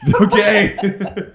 Okay